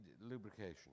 lubrication